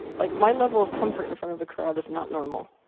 like my level of comfort in front of a crowd is not normal.